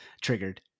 triggered